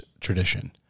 tradition